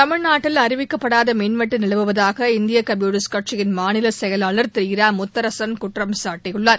தமிழ்நாட்டில் அறிவிக்கப்படாத மின்வெட்டு நிலவுவதாக இந்திய கம்யூனிஸ்ட் கட்சியின் மாநில செயலாளர் திரு இரா முத்தரசன் குற்றம் சாட்டியுள்ளார்